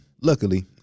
Luckily